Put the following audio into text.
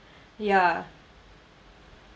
ya